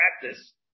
practice